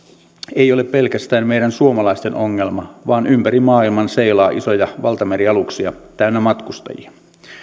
ei ole pelkästään meidän suomalaisten ongelma vaan ympäri maailman seilaa isoja valtamerialuksia täynnä matkustajia